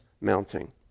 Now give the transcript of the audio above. mounting